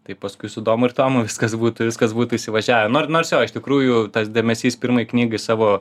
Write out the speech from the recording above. tai paskui su domu ir tomu viskas būtų viskas būtų įsivažiavę no nors jo iš tikrųjų tas dėmesys pirmai knygai savo